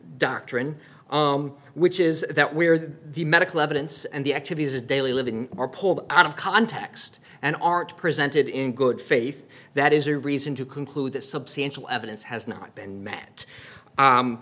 doctrine which is that where the medical evidence and the activities of daily living are pulled out of context and aren't presented in good faith that is a reason to conclude that substantial evidence has not been m